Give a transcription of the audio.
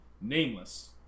Nameless